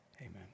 Amen